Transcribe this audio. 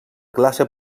classe